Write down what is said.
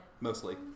Mostly